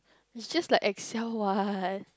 it's just like Excel what